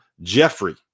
Jeffrey